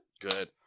Good